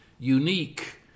unique